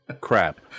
Crap